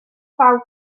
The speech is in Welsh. ffawt